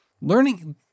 learning